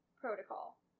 Protocol